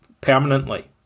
permanently